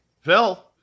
Phil